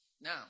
Now